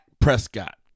Prescott